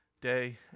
day